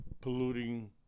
polluting